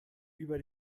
über